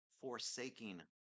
forsaking